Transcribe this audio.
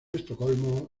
estocolmo